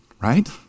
right